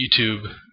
YouTube